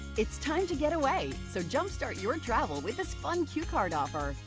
it's time to get away, so jump-start your travel with this fun qcard offer.